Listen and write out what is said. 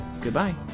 Goodbye